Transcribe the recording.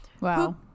Wow